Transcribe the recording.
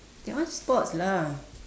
that one sports lah